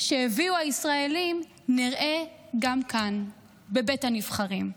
שהביאו הישראלים נראה גם כאן, בבית הנבחרים.